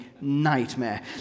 nightmare